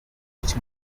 which